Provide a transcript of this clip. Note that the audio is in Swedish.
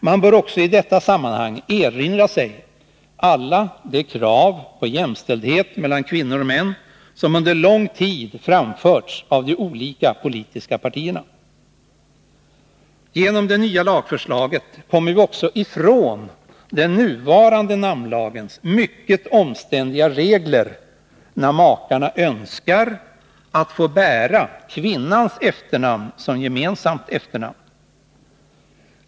Man bör också i detta sammanhang erinra sig alla de krav på jämställdhet mellan kvinnor och män som under lång tid framförts av de olika politiska partierna. Genom det nya lagförslaget kommer vi också ifrån den nuvarande namnlagens mycket omständliga regler när makarna önskar att få bära kvinnans efternamn som gemensamt efternamn.